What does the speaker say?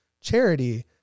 charity